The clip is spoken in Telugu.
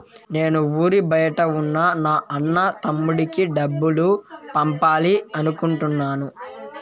నేను ఊరి బయట ఉన్న నా అన్న, తమ్ముడికి డబ్బులు పంపాలి అనుకుంటున్నాను